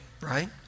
right